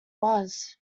was